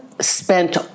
spent